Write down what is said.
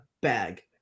bag